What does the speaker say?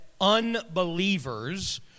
unbelievers